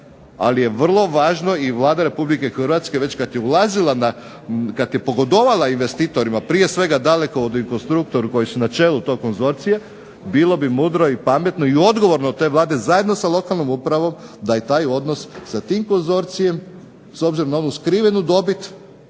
Ali je vrlo važna i Vlada Republike Hrvatske već kad je ulazila, kad je pogodovala investitorima prije svega Dalekovodu i Konstruktoru koji su na čelu tog konzorcija, bilo bi mudro i pametno i odgovorno od te Vlade, zajedno sa lokalnom upravom da i taj odnos sa tim konzorcijem s obzirom na onu skrivenu dobit,